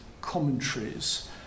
commentaries